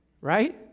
right